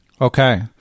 Okay